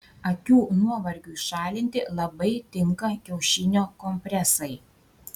akių nuovargiui šalinti labai tinka kiaušinio kompresai